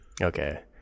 Okay